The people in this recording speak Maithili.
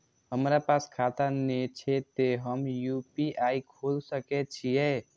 हमरा पास खाता ने छे ते हम यू.पी.आई खोल सके छिए?